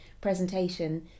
presentation